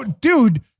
Dude